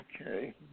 Okay